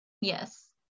yes